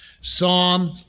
Psalm